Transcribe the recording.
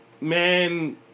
man